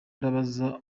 ndabaza